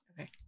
Okay